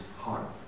heart